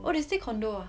!wah! they stay condo ah